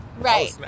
Right